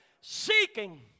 Seeking